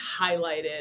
highlighted